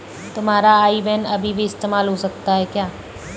तुम्हारा IBAN अभी भी इस्तेमाल हो सकता है क्या?